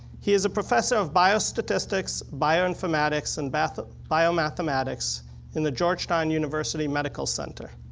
he is a professor of biostatistics, bioinformatics, and but biomathematics in the georgetown university medical center.